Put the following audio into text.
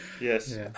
Yes